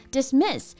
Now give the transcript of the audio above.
Dismiss